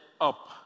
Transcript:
Up